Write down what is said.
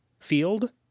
Field